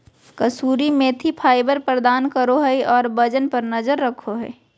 कसूरी methi fibre प्रदान करो हइ और वजन पर नजर रखो हइ